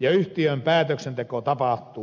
ja yhtiön päätöksenteko tapahtuu yksimielisesti